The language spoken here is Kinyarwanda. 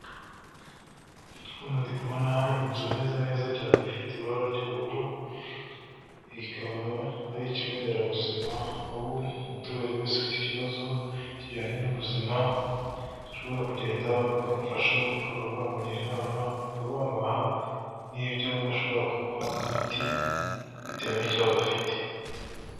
Hano ndi kubona inzu imeze neza cyane ifite ibara ry'ubururu, ikaba ari ikigonderabuzima aho umuturage wese afite ikibazo kijyanye n'ubuzima, ashobora kugenda bakamufasha, bakaba bamugira inama, bakaba bamuha n'ibyo bashobora kumuha nk'imiti bitewe n'ikibazo afite.